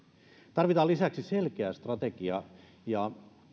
tarvitaan lisäksi selkeä strategia ja